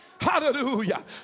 Hallelujah